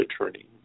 attorney